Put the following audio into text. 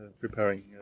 preparing